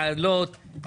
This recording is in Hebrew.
להעלות?